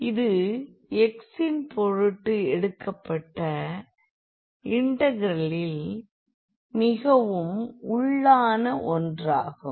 எனவே இது x இன் பொருட்டு எடுக்கப்பட்ட இன்டெக்ரலின் மிகவும் உள்ளான ஒன்றாகும்